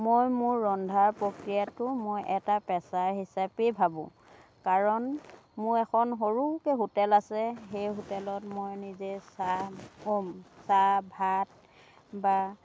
মই মোৰ ৰন্ধা প্ৰক্ৰিয়াটো মই এটা পেছা হিচাপেই ভাবোঁ কাৰণ মোৰ এখন সৰুকৈ হোটেল আছে সেই হোটেলত মই নিজে চাহ অ চাহ ভাত বা